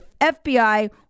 FBI